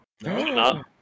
No